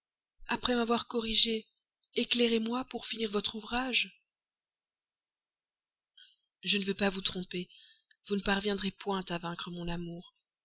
après m'avoir corrigé éclairez-moi pour finir votre ouvrage je ne veux pas vous tromper vous ne parviendrez point à vaincre mon amour